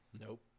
Nope